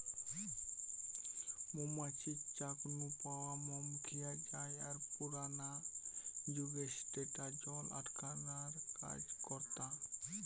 মৌ মাছির চাক নু পাওয়া মম খিয়া জায় আর পুরানা জুগে স্যাটা জল আটকানার কাজ করতা